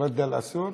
תפדל אסור?